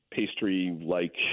pastry-like